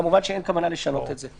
כמובן שאין כוונה לשנות את זה.